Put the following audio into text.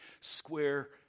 square